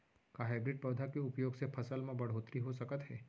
का हाइब्रिड पौधा के उपयोग से फसल म बढ़होत्तरी हो सकत हे?